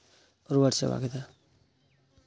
ᱨᱩᱣᱟᱹᱲ ᱪᱟᱵᱟ ᱠᱮᱫᱟ